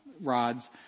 rods